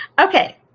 okay.